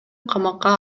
камакка